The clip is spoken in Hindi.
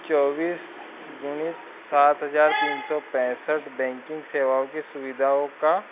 चौबीस गुनी सात हज़ार तीन सौ पैंसठ बैंकिंग सेवाओं की सुविधा का